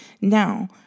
Now